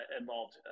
involved